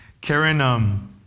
Karen